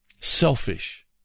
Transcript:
Selfish